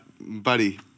buddy